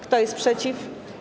Kto jest przeciw?